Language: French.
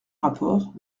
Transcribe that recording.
rapport